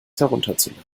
herunterzuladen